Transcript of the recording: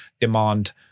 demand